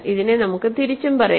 ഇതിനെ നമുക്ക് തിരിച്ചും പറയാം